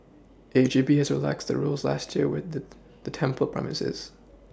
H E B has relaxed the rules last year within the temple premises